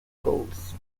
goals